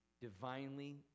Divinely